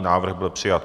Návrh byl přijat.